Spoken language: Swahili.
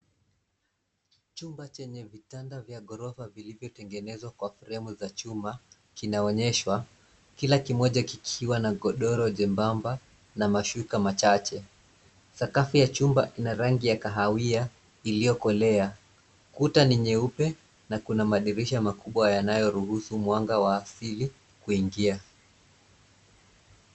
Chumba chenye vitanda vya gorofa vilivyotengenezwa kwa fremu za chuma kinaonyeshwa kila kimoja kikwa na godoro jembamba na mashuka machache. Sakafu ya chumba ina rangi ya kahawia iliyokolea. Kuta ni nyeupe na kuna madirisha makubwa yanayoruhusu mwanga wa asili kuingia.